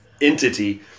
entity